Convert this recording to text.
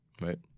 right